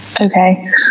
Okay